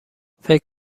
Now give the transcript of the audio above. فکر